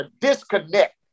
disconnect